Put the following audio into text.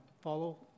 follow